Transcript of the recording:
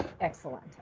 Excellent